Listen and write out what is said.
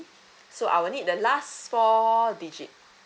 so I will need the last four digits